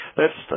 lets